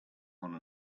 one